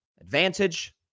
Advantage